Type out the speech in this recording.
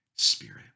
Spirit